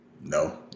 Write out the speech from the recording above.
No